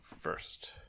first